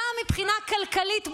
גם מבחינה כלכלית בעולם,